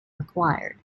required